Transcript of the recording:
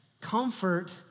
comfort